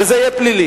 וזה יהיה פלילי.